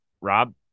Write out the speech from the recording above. Rob